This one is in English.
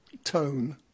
Tone